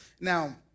Now